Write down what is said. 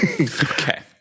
Okay